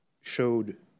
showed